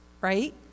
right